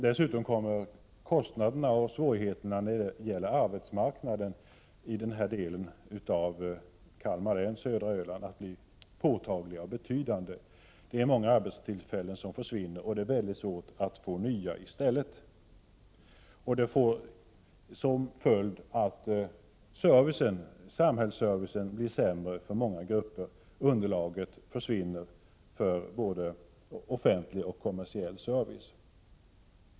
Dessutom kommer kostnaderna och svårigheterna på arbetsmarknaden i denna del av Kalmar län och södra Öland att bli påtagliga och betydande. Många arbetstillfällen försvinner, och det är mycket svårt att få nya i stället. Detta får som följd att samhällsservicen blir sämre för många grupper, och underlaget försvinner för både offentlig och kommersiell service.